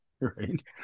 Right